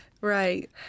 Right